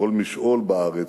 כל משעול בארץ,